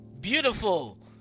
Beautiful